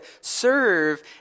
serve